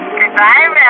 Goodbye